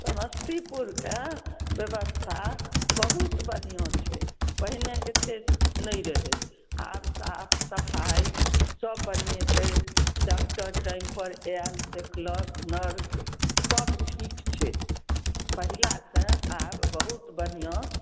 समस्तीपुरके ब्यवस्था बहुत बढ़िआँ छै पहिने एतेक नहि रहै आब साफ सफाइ सब बढ़िएँ छै डाक्टर टाइम पर आएल देखलक नर्स सब ठीक छै पहिलेसे आब बहुत बढ़िआँ